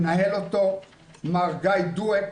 מנהל אותו מר גיא דואק,